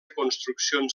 construccions